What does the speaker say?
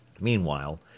Meanwhile